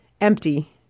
empty